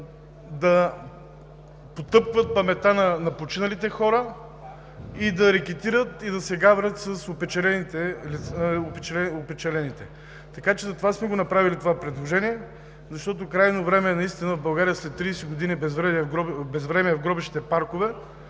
да потъпкват паметта на починалите хора, да рекетират, да се гаврят с опечалените. Затова сме направили това предложение. Крайно време е в България след 30 години безвремие в гробищните паркове